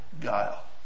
guile